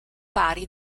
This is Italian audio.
pari